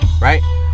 right